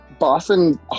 Boston